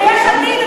ויש עתיד,